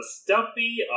stumpy